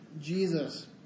Jesus